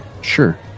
Sure